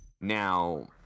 Now